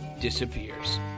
disappears